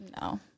No